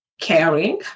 caring